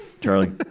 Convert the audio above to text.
Charlie